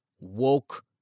woke